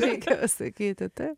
reikia pasakyti tai